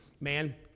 man